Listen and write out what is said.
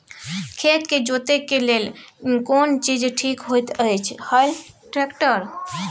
खेत के जोतय लेल केना चीज ठीक होयत अछि, हल, ट्रैक्टर?